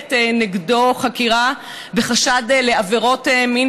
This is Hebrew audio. שמתנהלת נגדו חקירה בחשד לעבירות מין